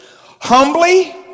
humbly